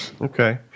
okay